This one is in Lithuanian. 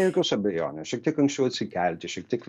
be jokios abejonės šiek tiek anksčiau atsikelti šiek tiek